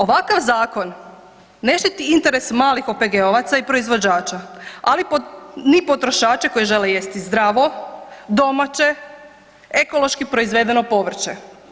Ovakav zakon ne štiti interes malih OPG-ovaca i proizvođača, ali ni potrošača koji žele jesti zdravo, domaće, ekološki proizvedeno povrće.